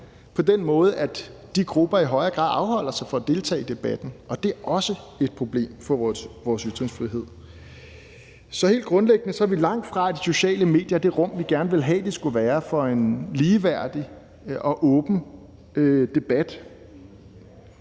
på den måde, at de grupper i højere grad afholder sig fra at deltage i debatten. Og det er også et problem for vores ytringsfrihed. Så helt grundlæggende er vi langt fra, at de sociale medier er det rum, vi gerne ville have, de skulle være, for en ligeværdig og åben debat.